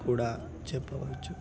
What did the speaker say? కూడా చెప్పవచ్చు